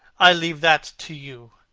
i leave that to you.